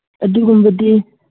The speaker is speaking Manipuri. ꯑꯗꯨꯒꯨꯝꯕꯗꯤ